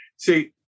See